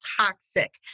toxic